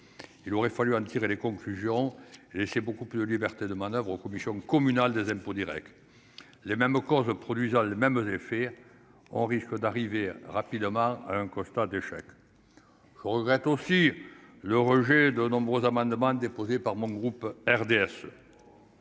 il aurait fallu en tirer les conclusions et c'est beaucoup plus de liberté de manoeuvre aux commission communale des impôts Directs, les mêmes causes produisant les mêmes effets, on risque d'arriver rapidement à un constat d'échec, je regrette aussi. Le rejet de nombreux amendements déposés par mon groupe RDSE